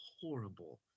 horrible